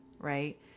right